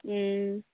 हूँ